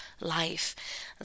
life